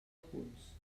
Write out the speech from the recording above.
punts